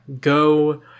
go